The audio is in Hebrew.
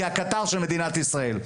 כקטר של מדינת ישראל.